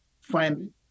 find